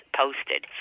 posted